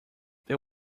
they